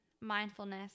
mindfulness